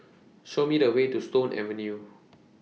Show Me The Way to Stone Avenue